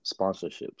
sponsorships